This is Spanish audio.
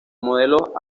modelos